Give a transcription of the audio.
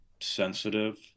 sensitive